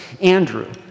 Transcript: Andrew